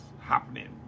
happening